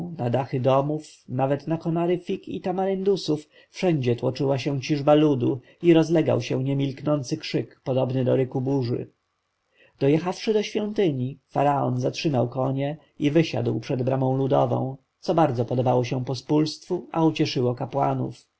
na dachy domów nawet na konary fig i tamaryndusów wszędzie tłoczyła się ciżba ludu i rozlegał się niemilknący okrzyk podobny do ryku burzy dojechawszy do świątyni faraon zatrzymał konie i wysiadł przed bramą ludową co bardzo podobało się pospólstwu a ucieszyło kapłanów